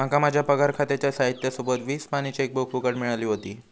माका माझ्या पगार खात्याच्या साहित्या सोबत वीस पानी चेकबुक फुकट मिळाली व्हती